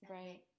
Right